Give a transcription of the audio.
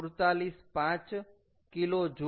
28475 kJkg આપેલું છે